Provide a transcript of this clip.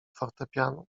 fortepianu